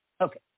Okay